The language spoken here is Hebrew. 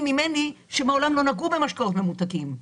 ממני שמעולם לא נגעו במשקאות ממותקים.